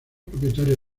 propietaria